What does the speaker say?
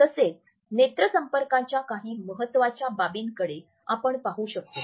तसेच नेत्रसंपर्काच्या काही महत्त्वाच्या बाबींकडे आपण पाहू शकतो